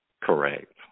Correct